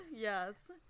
Yes